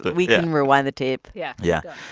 but we can rewind the tape yeah yeah.